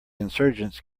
insurgents